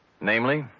Namely